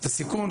זה סיכון.